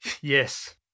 Yes